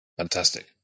Fantastic